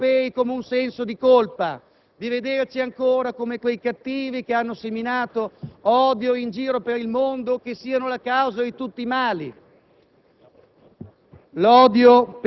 di vivere il nostro essere europei come un senso di colpa, di vederci ancora come quei cattivi che hanno seminato odio in giro per il mondo o che sono la causa di tutti i mali.